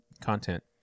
content